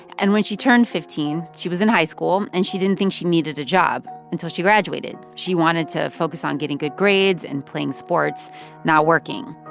and when she turned fifteen, she was in high school, and she didn't think she needed a job until she graduated. she wanted to focus on getting good grades and playing sports not working.